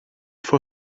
for